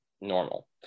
normal